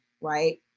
right